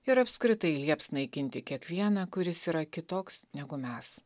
ir apskritai lieps naikinti kiekvieną kuris yra kitoks negu mes